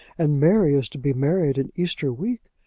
and mary is to be married in easter week?